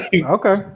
Okay